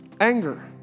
Anger